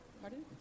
pardon